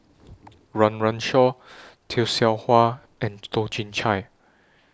Run Run Shaw Tay Seow Huah and Toh Chin Chye